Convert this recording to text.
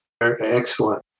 excellent